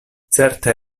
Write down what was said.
certe